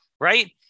right